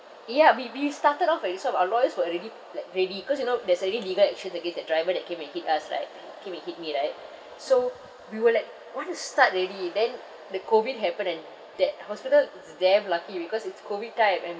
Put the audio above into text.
ya we we started off already sort of our lawyers were already like ready cause you know there's already legal actions against that driver that came and hit us like came and hit me right so we were like want to start already then the COVID happened and that hospital is damn lucky because it's COVID time and